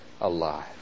alive